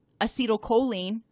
acetylcholine